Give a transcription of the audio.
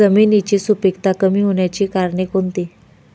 जमिनीची सुपिकता कमी होण्याची कारणे कोणती?